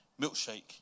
milkshake